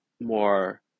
more